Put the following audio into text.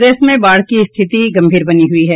प्रदेश में बाढ़ की स्थिति गंभीर बनी हुई है